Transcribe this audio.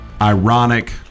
Ironic